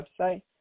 website